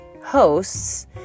hosts